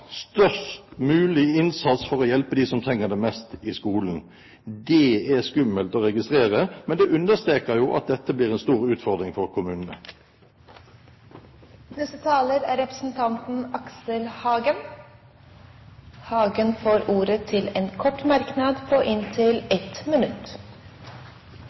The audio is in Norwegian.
størst mulig innsats for å hjelpe dem som trenger det mest i skolen. Det er skummelt å registrere, men det understreker jo at dette blir en stor utfordring for kommunene. Aksel Hagen har hatt ordet to ganger tidligere og får ordet til en kort merknad, begrenset til 1 minutt.